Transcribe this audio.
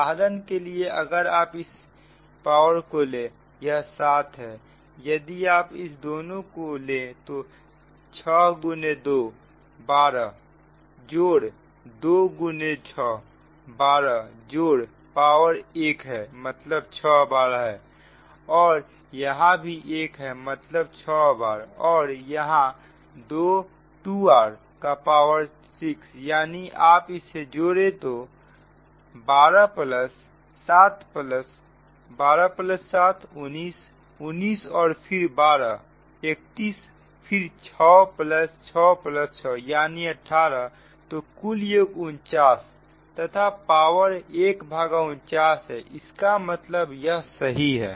उदाहरण के लिए अगर आप इसे पावर को ले यह 7 है यदि आप इस दोनों को ले तो 6 गुने 2 12 जोड़ 2 गुने 6 12 जोड़ पावर एक है मतलब 6 बार और यहां भी एक है मतलब 6 बार और यहां 2r का पावर 6 यदि आप इसे जोड़े तो 12 7 19 19 और 12 31फिर 6 6 6 यानी 18 तो कुल योग 49 तथा पावर 149 है इसका मतलब यह सही है